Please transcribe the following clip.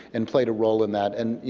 and played a role in that. and, you